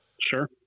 sure